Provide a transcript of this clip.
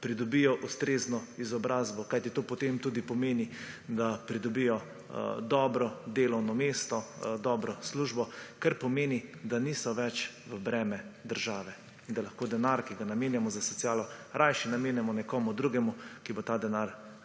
pridobijo ustrezno izobrazbo, kajti to pomeni, da kasneje pridobijo dobro delovno mesto, dobro službo, kar pomeni, da niso več v breme državi, da lahko denar, ki ga namenjamo za socialo, namenimo nekomu drugemu, ki si ta denar